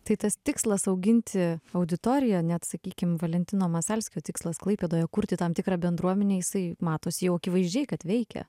tai tas tikslas auginti auditoriją net sakykim valentino masalskio tikslas klaipėdoje kurti tam tikrą bendruomenę jisai matos jau akivaizdžiai kad veikia